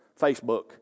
Facebook